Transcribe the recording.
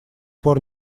пор